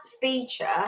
feature